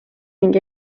ning